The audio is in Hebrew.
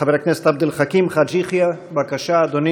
חבר הכנסת עבד אל חכים חאג' יחיא, בבקשה, אדוני.